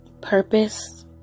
purpose